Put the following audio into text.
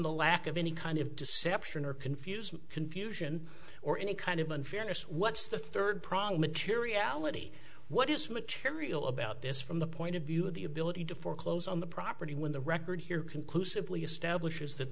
the lack of any kind of deception or confused confusion or any kind of unfairness what's the third prong materiality what is material about this from the point of view of the ability to foreclose on the property when the record here conclusively establishes t